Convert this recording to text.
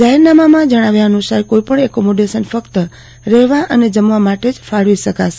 જાહેરનામામાં જણાવ્યા અનુસાર કોઇપણ એકોમોડેશન ફક્ત રહેવા અને જમવા માટે જ ફાળવી શકાશે